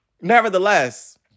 Nevertheless